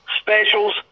specials